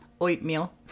Oatmeal